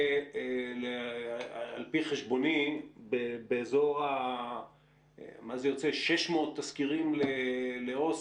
על פי חשבוני זה באזור 600 תסקירים לעובד סוציאלי.